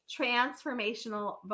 transformational